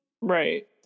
Right